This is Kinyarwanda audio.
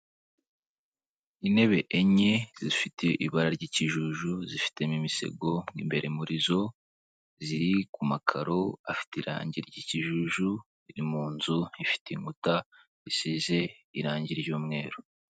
Intebe enye zifite ibara ry'ikijuju zifitemo imisego mo imbere muri zo, ziri ku makaro afite irangi ry'ikijuju ri mu nzu ifite inkuta zisize irangi ry'umweru.